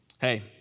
hey